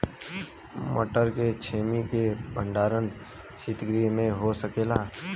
मटर के छेमी के भंडारन सितगृह में हो सकेला?